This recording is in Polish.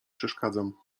przeszkadzam